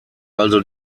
also